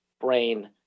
brain